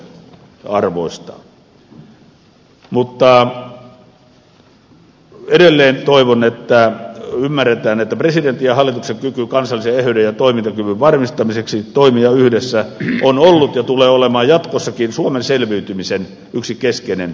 mutta edelleen toivon että ymmärretään että presidentin ja hallituksen kyky kansallisen eheyden ja toimintakyvyn varmistamiseksi toimia yhdessä on ollut ja tulee olemaan jatkossakin suomen selviytymisen yksi keskeinen peruste